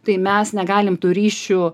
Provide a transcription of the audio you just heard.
tai mes negalim tų ryšių